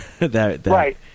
Right